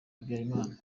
habyarimana